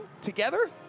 together